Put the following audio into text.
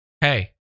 hey